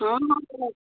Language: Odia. ହଁ ହଁ କହ